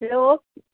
hello